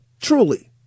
truly